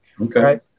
Okay